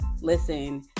listen